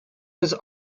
was